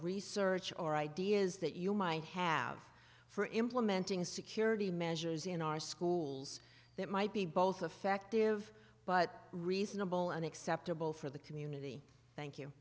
research or ideas that you might have for implementing security measures in our schools that might be both affective but reasonable and acceptable for the community thank you